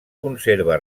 conserva